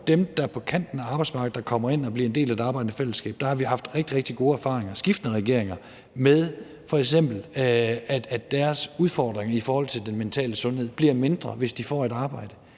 dem, der er på kanten af arbejdsmarkedet, men som kommer ind og bliver en del af det arbejdende fællesskab. Der har vi, skiftende regeringer, haft rigtig, rigtig gode erfaringer med f.eks., at deres udfordringer i forhold til den mentale sundhed bliver mindre, hvis de får et arbejde